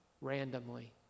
randomly